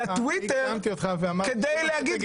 --- הקדמתי אותך ואמרתי ----- כדי להגיד,